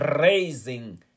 raising